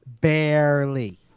barely